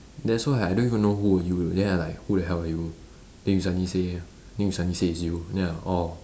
that's why I don't even know who are you then I like who the hell are you then you suddenly say then you suddenly say it's you then I orh